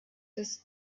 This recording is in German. des